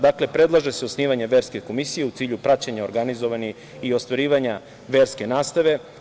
Dakle, predlaže se osnivanje verske komisije u cilju praćenja organizovanja i ostvarivanja verske nastave.